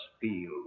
feel